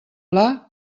pla